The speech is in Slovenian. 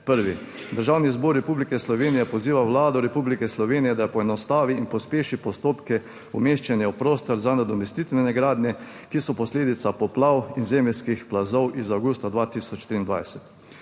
Prvi: Državni zbor Republike Slovenije poziva Vlado Republike Slovenije, da poenostavi in pospeši postopke umeščanja v prostor za nadomestitvene gradnje, ki so posledica poplav in zemeljskih plazov iz avgusta 2023.